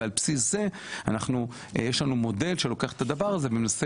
ועל בסיס זה יש לנו מודל שלוקח את הדבר הזה ומנסה